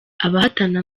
abahatana